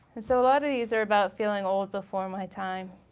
and so a lot of these are about feeling old before my time.